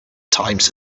times